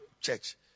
church